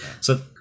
So-